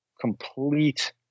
complete